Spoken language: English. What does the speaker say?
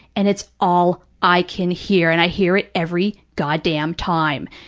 and it's all i can hear, and i hear it every goddamn time.